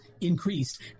increased